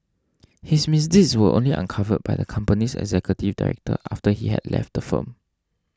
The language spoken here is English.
his misdeeds were only uncovered by the company's executive director after he had left firm